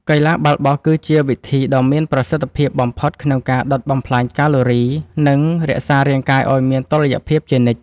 កីឡាបាល់បោះ គឺជាវិធីដ៏មានប្រសិទ្ធភាពបំផុតក្នុងការដុតបំផ្លាញកាឡូរី និងរក្សារាងកាយឱ្យមានតុល្យភាពជានិច្ច។